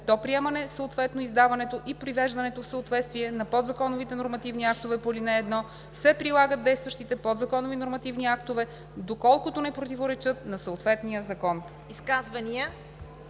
До приемането, съответно издаването и привеждането в съответствие на подзаконовите нормативни актове по ал. 1, се прилагат действащите подзаконови нормативни актове, доколкото не противоречат на съответния закон.“